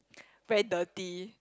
very dirty